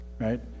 Right